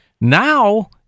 Now